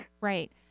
Right